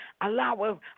allow